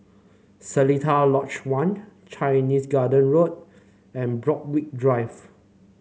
Seletar Lodge One Chinese Garden Road and Borthwick Drive